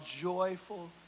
joyful